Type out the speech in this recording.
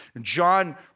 John